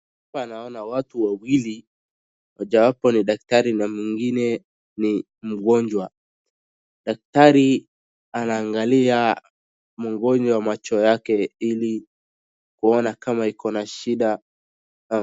Hapa naona watu wawili mojawapo ni daktari na mwingine ni mgonjwa .Daktari anaangalia mgonjwa macho yake ili kuona kama iko na shida.